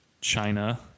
China